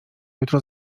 jutro